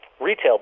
retail